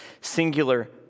singular